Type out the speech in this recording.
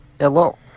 Hello